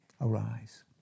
Arise